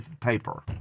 paper